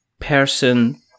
person